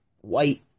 white